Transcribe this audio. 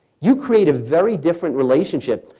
you create a very different relationship.